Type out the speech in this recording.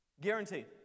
Guaranteed